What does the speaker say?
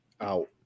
Out